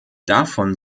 davon